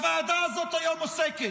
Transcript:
הוועדה הזאת היום עוסקת,